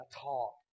talk